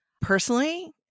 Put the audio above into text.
personally